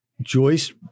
Joyce